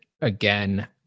again